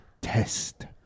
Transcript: test